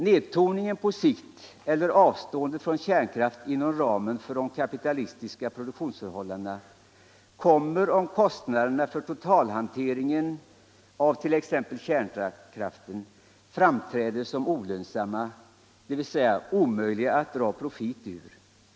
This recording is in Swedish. Nedtoningen på sikt eller avstående från kärnkraft inom ramen för de kapitalistiska produktionsförhållandena kommer, om kostnaderna för totalhanteringen av 1. ex. kärnkraften framträder som olönsamma, dvs. omöjliga att dra Allmänpolitisk debatt Allmänpolitisk debatt profit ur.